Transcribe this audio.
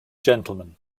gentlemen